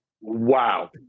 Wow